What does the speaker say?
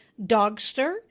Dogster